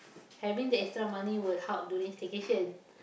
having the extra money will help during staycation